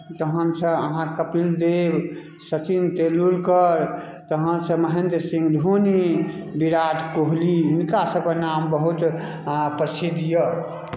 तखनसँ अहाँ कपिल देव सचिन तेंदुलकर तखनसँ महेंद्र सिंह धोनी विराट कोहली हिनकासभके नाम बहुत प्रसिद्ध यए